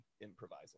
improvising